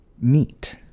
meet